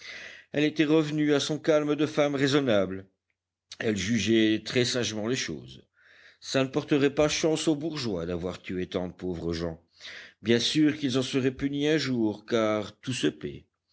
elle était revenue à son calme de femme raisonnable elle jugeait très sagement les choses ça ne porterait pas chance aux bourgeois d'avoir tué tant de pauvres gens bien sûr qu'ils en seraient punis un jour car tout se paie